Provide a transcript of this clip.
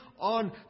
on